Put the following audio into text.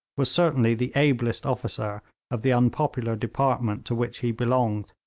was certainly the ablest officer of the unpopular department to which he belonged